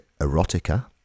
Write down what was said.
erotica